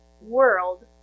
world